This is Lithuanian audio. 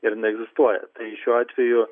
ir jinai egzistuoja tai šiuo atveju